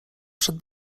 przed